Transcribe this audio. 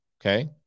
Okay